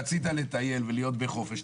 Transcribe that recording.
רצית לטייל ולהיות בחופש,